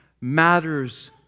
matters